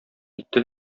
китте